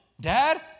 Dad